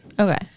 okay